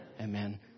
Amen